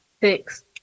Six